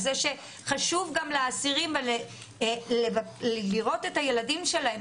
על זה שחשוב גם לאסירים לראות את הילדים שלהם,